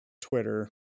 Twitter